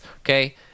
Okay